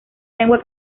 lengua